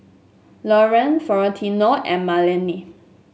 Lorrayne Florentino and Melany